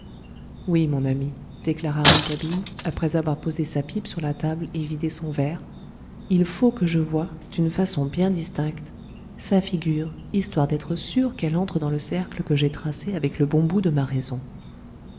oui mon ami déclara rouletabille après avoir posé sa pipe sur la table et vidé son verre il faut que je voie d'une façon bien distincte sa figure histoire d'être sûr qu'elle entre dans le cercle que j'ai tracé avec le bon bout de ma raison